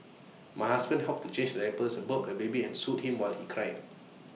my husband helped to change diapers burp the baby and soothe him what he cried